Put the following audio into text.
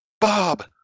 Bob